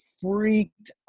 freaked